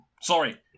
Sorry